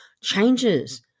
changes